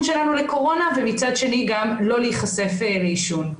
שלנו לקורונה ומצד שני גם לא להיחשף לעישון.